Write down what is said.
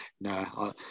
no